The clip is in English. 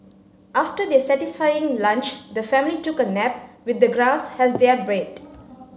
after their satisfying lunch the family took a nap with the grass as their bed